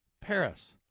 Paris